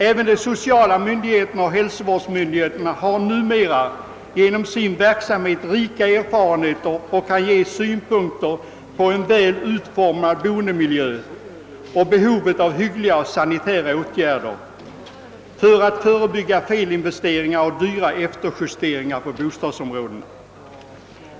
Även de sociala myndigheterna och hälsovårdsmyndigheterna har numera genom sin verksamhet rika erfarenheter och kan ge synpunkter på en väl utformad boendemiljö och behovet av hyggliga och sanitära åtgärder för att förebygga felinvesteringar och dyra efterjusteringar på bostadsområdet.